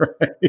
right